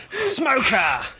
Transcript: Smoker